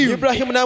Abraham